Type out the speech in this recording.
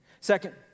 Second